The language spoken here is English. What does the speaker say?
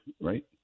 right